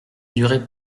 durées